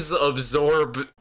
absorb